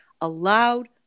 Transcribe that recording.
allowed